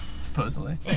supposedly